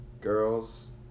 girls